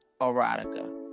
erotica